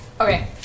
Okay